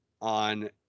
on